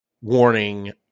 warning